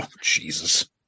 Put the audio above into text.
Jesus